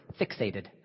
fixated